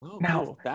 now